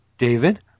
David